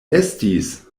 estis